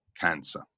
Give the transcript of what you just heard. cancer